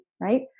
right